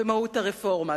במהות הרפורמה.